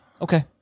Okay